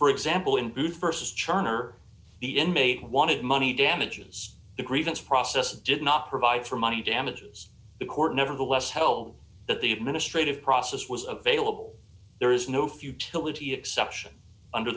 for example in st tzschirner the inmate wanted money damages the grievance process did not provide for money damages the court nevertheless held that the administrative process was available there is no futility exception under